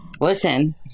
Listen